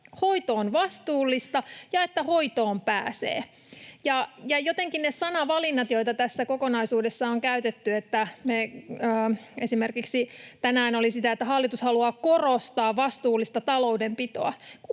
hoito on vastuullista ja että hoitoon pääsee. Ja jotenkin ne sanavalinnat, joita tässä kokonaisuudessa on käytetty... Esimerkiksi tänään oli sitä, että hallitus haluaa ”korostaa vastuullista taloudenpitoa”